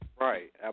Right